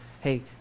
Hey